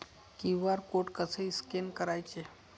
QR code कसे scan करायचे?